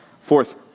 Fourth